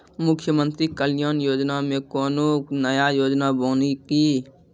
मुख्यमंत्री कल्याण योजना मे कोनो नया योजना बानी की?